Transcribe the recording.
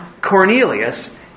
Cornelius